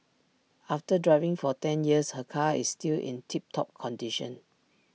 after driving for ten years her car is still in tip top condition